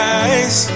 eyes